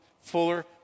fuller